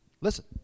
Listen